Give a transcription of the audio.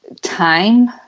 time